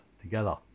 together